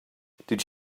did